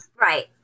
Right